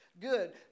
good